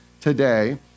today